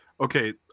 okay